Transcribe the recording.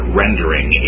rendering